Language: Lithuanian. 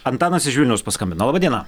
antanas iš vilniaus paskambino laba diena